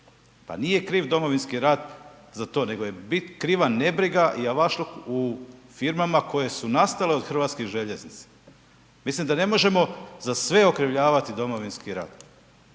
Pa nije kriv Domovinski rat za to nego je kriva nebriga i javašluk u firmama koje su nastale od HŽ-a. Mislim da ne možemo za sve okrivljavati Domovinski rat.